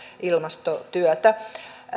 ilmastotyötä